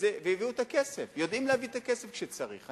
הביאו את הכסף, יודעים להביא את הכסף כשצריך.